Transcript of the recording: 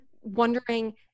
wondering